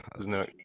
no